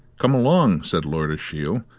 come along, said lord ashiel,